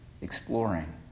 exploring